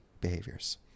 behaviors